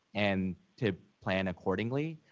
and to plan accordingly,